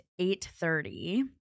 8.30